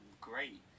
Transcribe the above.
great